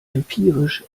empirisch